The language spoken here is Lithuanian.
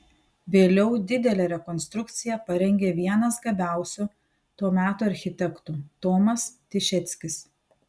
vėliau didelę rekonstrukciją parengė vienas gabiausių to meto architektų tomas tišeckis